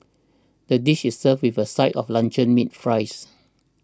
the dish is served with a side of luncheon meat fries